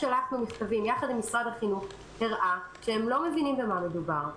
שלחנו מכתבים ביחד עם משרד החינוך הראה שהם לא מבינים על מה מדובר.